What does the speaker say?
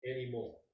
anymore